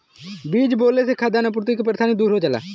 बीज बोले से खाद्यान आपूर्ति के परेशानी दूर हो जाला